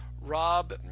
Rob